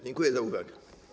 Dziękuję za uwagę.